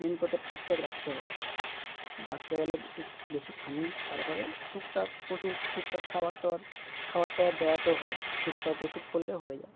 main কথা ঠিক ঠাক রাখতে হবে বাচ্চা বেলায় বেশি খাননি তারপরে টুকটাক ওষুধ টুকটাক খাবার টাবার খাবারটাবার দেওয়াতেও হয় টুকটাক ওষুধ করলে হয়ে যায়